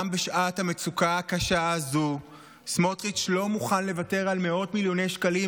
גם בשעת המצוקה הקשה הזו סמוטריץ' לא מוכן לוותר על מאות מיליוני שקלים.